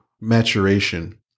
maturation